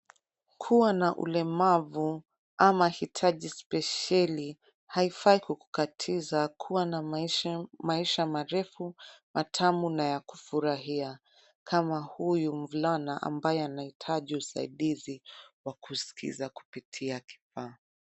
Kuwa na ulemavu ama hitaji spesheli haifai kukukatiza kuwa na maisha marefu, matamu na ya kufurahia, kama huyu mvulana ambaye anahitaji usaidizi wa kuskiza kupitia kifaa.